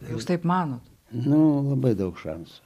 jūs taip manote na labai daug šansų